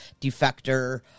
defector